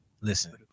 Listen